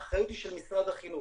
האחריות היא של משרד החינוך,